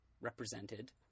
represented